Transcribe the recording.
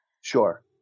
sure